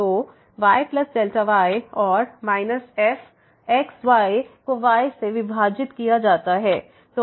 तो yy और fx y को y से विभाजित किया जाता है